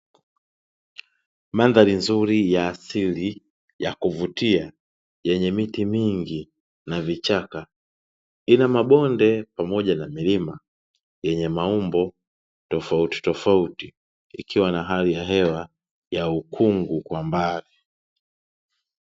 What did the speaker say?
Mandhari nzuri ya asili ya kuvutia yenye miti mingi na vichaka, ina mabonde pamoja na milima yenye maumbo tofautitofauti, ikiwa na hali ya hewa ya ukungu kwa mbali.